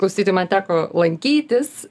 klausyti man teko lankytis